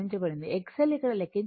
XL ఇక్కడ లెక్కించబడుతుంది ఇది j XL I